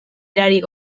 erarik